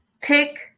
take